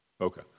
Okay